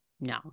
no